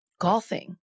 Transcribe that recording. golfing